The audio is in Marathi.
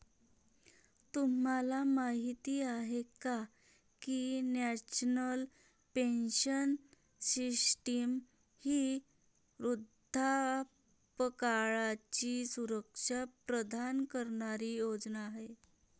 तुम्हाला माहिती आहे का की नॅशनल पेन्शन सिस्टीम ही वृद्धापकाळाची सुरक्षा प्रदान करणारी योजना आहे